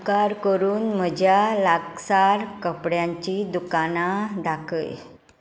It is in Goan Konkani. उपकार करून म्हज्या लागसार कपड्यांची दुकानां दाखय